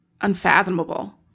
unfathomable